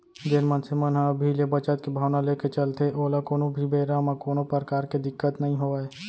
जेन मनसे मन ह अभी ले बचत के भावना लेके चलथे ओला कोनो भी बेरा म कोनो परकार के दिक्कत नइ होवय